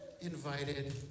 invited